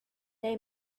they